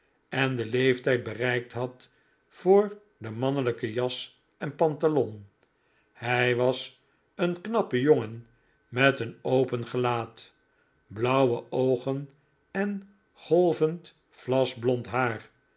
en den leeftijd bereikt had voor de mannelijke jas en pantalon hij was een knappe jongen met een open gelaat blauwe oogen en golvend vlasblond haar